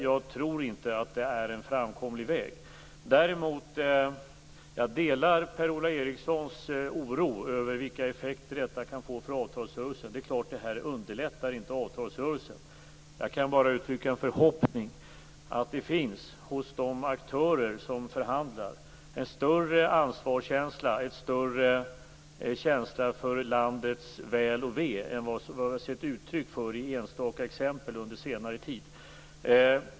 Jag tror inte att det är en framkomlig väg. Däremot delar jag Per-Ola Erikssons oro över vilka effekter detta kan få för avtalsrörelsen. Det är klart att detta inte underlättar den. Jag kan bara uttrycka en förhoppning om att det hos de aktörer som förhandlar finns en större ansvarskänsla och en större känsla för landets väl och ve än vad vi har sett uttryck för i enstaka exempel under senare tid.